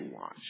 watch